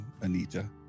Anita